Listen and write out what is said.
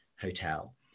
Hotel